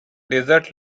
desert